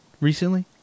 recently